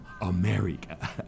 America